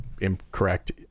incorrect